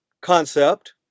concept